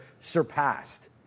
surpassed